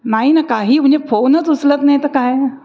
नाही ना काही म्हणजे फोनच उचलत नाही तर काय